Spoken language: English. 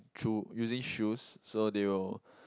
shoe using shoes so they will